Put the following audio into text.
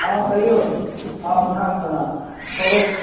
हँ कहिऔ हँ प्रणाम प्रणाम कहिऔ